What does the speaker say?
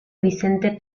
vicente